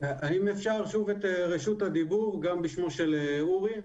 אם אפשר שוב את רשות הדיבור, גם בשמו של אורי?